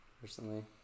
personally